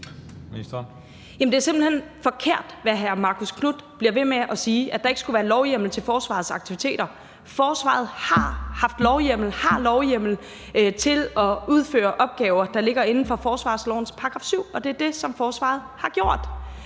Det er simpelt hen forkert, hvad hr. Marcus Knuth bliver ved med at sige, altså at der ikke skulle være lovhjemmel til forsvarets aktiviteter. Forsvaret har haft lovhjemmel og har lovhjemmel til at udføre opgaver, der ligger inden for forsvarslovens § 7. Og det er det, forsvaret har gjort.